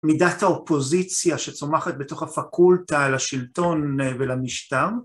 מידת האופוזיציה שצומחת בתוך הפקולטה לשלטון ולמשטר.